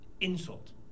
insult